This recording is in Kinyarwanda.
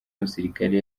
umusirikare